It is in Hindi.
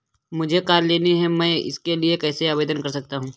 मुझे कार लेनी है मैं इसके लिए कैसे आवेदन कर सकता हूँ?